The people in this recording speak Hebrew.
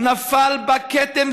נפל בה כתם,